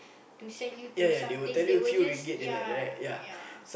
to send you to some place they will just yeah yeah